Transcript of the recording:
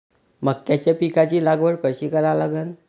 मक्याच्या पिकाची लागवड कशी करा लागन?